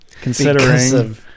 considering